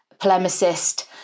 polemicist